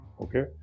Okay